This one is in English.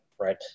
right